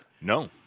No